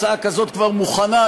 הצעה כזאת כבר מוכנה,